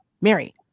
Mary